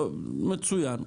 מצוין.